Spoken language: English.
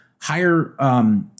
higher –